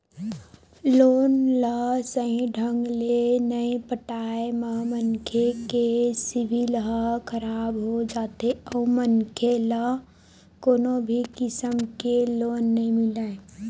loan ल सहीं ढंग ले नइ पटाए म मनखे के सिविल ह खराब हो जाथे अउ मनखे ल कोनो भी किसम के लोन नइ मिलय